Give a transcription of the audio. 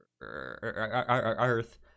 earth